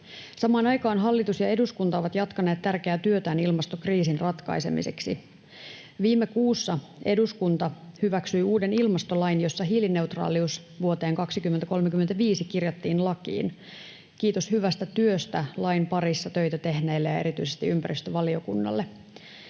Samaan aikaan hallitus ja eduskunta ovat jatkaneet tärkeää työtään ilmastokriisin ratkaisemiseksi. Viime kuussa eduskunta hyväksyi uuden ilmastolain, jossa hiilineutraalius vuoteen 2035 kirjattiin lakiin. — Kiitos hyvästä työstä lain parissa töitä tehneille, ja erityisesti ympäristövaliokunnalle.